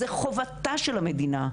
זה חובתה של המדינה,